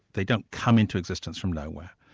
they don't come into existence from nowhere.